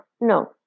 No